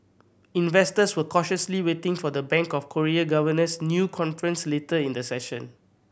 investors were cautiously waiting for the Bank of Korea governor's new conference later in the session